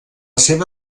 seva